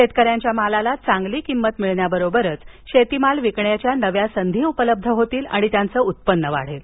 शेतकऱ्यांच्या मालाला चांगली किंमत मिळण्याबरोबरच शेतमाल विकण्याच्या नव्या संधी उपलब्ध होतील आणि त्यांच उत्पन्न वाढेल